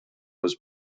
was